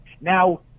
now